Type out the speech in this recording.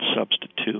substitute